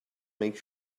make